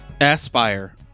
Aspire